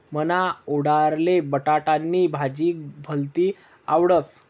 मन्हा आंडोरले बटाटानी भाजी भलती आवडस